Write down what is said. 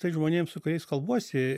tai žmonėm su kuriais kalbuosi